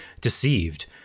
deceived